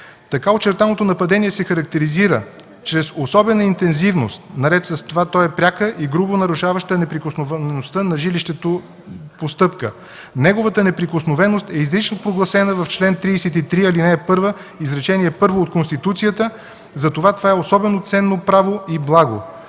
Така очертаното нападение се характеризира чрез особена интензивност, наред с това то е пряка и грубо нарушаваща неприкосновеността на жилището постъпка. Неговата неприкосновеност е изрично прогласена в чл. 33, ал. 1, изречение първо от Конституцията, затова е особено ценно право и благо.